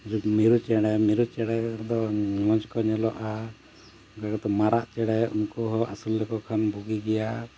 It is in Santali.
ᱢᱤᱨᱩ ᱪᱮᱬᱮ ᱢᱤᱨᱩ ᱪᱮᱬᱮ ᱫᱚ ᱢᱚᱡᱽ ᱠᱚ ᱧᱮᱞᱚᱜᱼᱟ ᱚᱱᱠᱟ ᱠᱟᱛᱮ ᱢᱟᱨᱟᱜ ᱪᱮᱬᱮ ᱩᱱᱠᱩ ᱦᱚᱸ ᱟᱹᱥᱩᱞ ᱞᱮᱠᱚ ᱠᱷᱟᱱ ᱵᱩᱜᱤ ᱜᱮᱭᱟ